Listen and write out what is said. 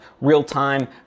real-time